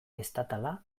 estatala